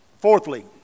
Fourthly